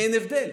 אין הבדל.